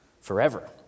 Forever